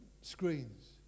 screens